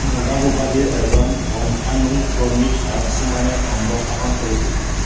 নবাব উপাধিৰ এজন বংশানূক্ৰমিক ৰাজকুমাৰে অম্ব শাসন কৰিছিল